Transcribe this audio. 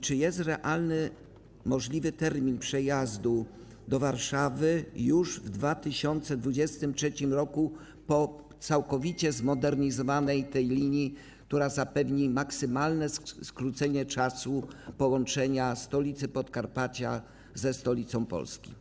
Czy jest realny możliwy termin przejazdu do Warszawy już w 2023 r., czyli po całkowitej modernizacji linii, która zapewni maksymalne skrócenie czasu połączenia stolicy Podkarpacia ze stolicą Polski?